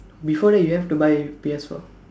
before that you have to buy P_S four